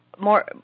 more